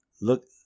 look